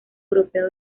europeo